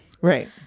Right